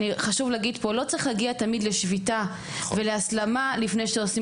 חשוב להגיד פה: לא צריך להגיע תמיד לשביתה ולהסלמה לפני שעושים,